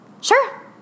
Sure